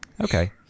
Okay